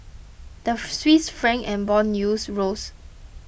the Swiss Franc and bond yields rose